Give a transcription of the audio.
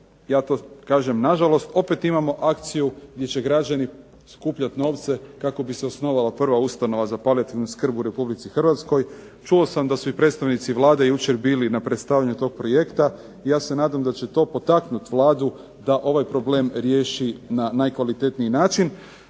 ja to kažem nažalost opet imamo akciju gdje će građani skupljati novce kako bi se osnovala prva ustanova za palijativnu skrb u Republici Hrvatskoj. Čuo sam da su i predstavnici Vlade bili na predstavljanju tog projekta i ja se nadam da će to potaknuti Vladu da ovaj problem riješi na najkvalitetniji način.